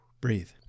Breathe